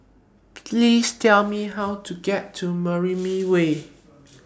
Please Tell Me How to get to Mariam Way